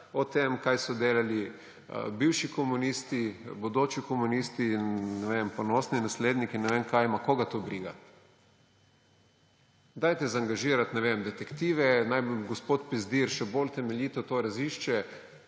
o tem, kaj so delali bivši komunisti, bodoči komunisti in ne vem, ponosni nasledniki, ne vem kaj … Koga to briga? Dajte angažirati, ne vem, detektive, naj gospod Pezdir še bolj temeljito to razišče,